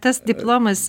tas diplomas